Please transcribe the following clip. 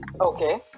Okay